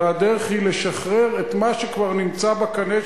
אלא הדרך היא לשחרר את מה שכבר נמצא בקנה,